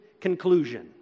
conclusion